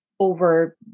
over